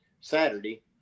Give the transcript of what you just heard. saturday